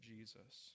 Jesus